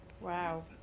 Wow